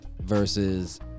versus